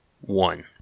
one